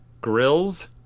Grills